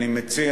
אני מציע